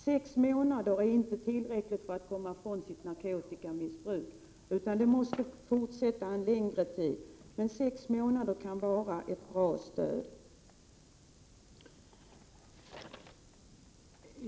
Sex månader är inte tillräckligt för att man skall komma ifrån sitt narkotikamissbruk, utan vården måste fortsätta en längre tid. Men sex månader kan vara ett bra stöd.